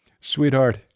sweetheart